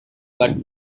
but